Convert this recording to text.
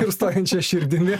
ir stojančia širdimi